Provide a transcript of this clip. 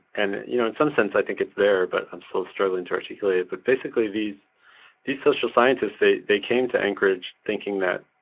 and you know in some sense, i think it's there, but i'm still struggling to articulate it but basically these these social scientists, they they came to anchorage thinking that,